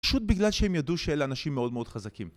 פשוט בגלל שהם ידעו שאלה אנשים מאוד מאוד חזקים